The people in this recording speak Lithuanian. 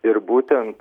ir būtent